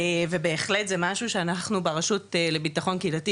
ובהחלט זה משהו שאנחנו ברשות לביטחון קהילתי,